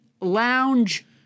lounge